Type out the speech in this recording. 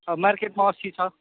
अब मार्केटमा असी छ